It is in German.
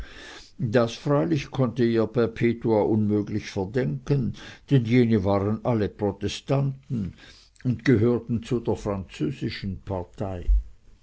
das freilich konnte ihr perpetua unmöglich verdenken denn jene alle waren protestanten und gehörten zu der französischen partei